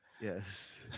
Yes